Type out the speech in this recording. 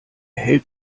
hält